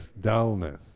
dullness